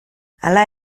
hala